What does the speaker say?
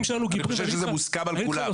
אני חושב שזה מוסכם על כולם.